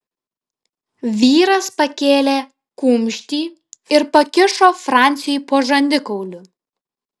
vyras pakėlė kumštį ir pakišo franciui po žandikauliu